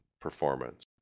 performance